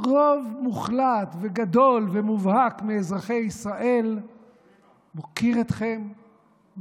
רוב מוחלט גדול ומובהק מאזרחי ישראל מוקיר אתכם,